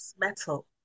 metal